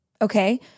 Okay